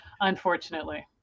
unfortunately